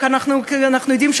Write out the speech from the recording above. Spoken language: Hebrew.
אנחנו יודעים,